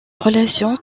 relation